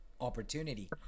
opportunity